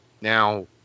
now